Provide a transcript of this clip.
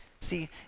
See